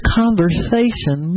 conversation